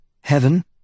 Heaven